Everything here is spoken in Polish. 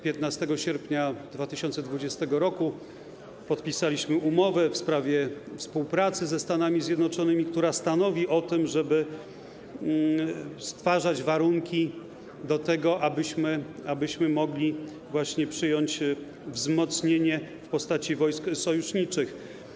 15 sierpnia 2020 r. podpisaliśmy umowę w sprawie współpracy ze Stanami Zjednoczonymi, która stanowi o tym, żeby stwarzać warunki do tego, abyśmy mogli właśnie przyjąć wzmocnienie w postaci wojsk sojuszniczych.